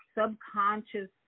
subconscious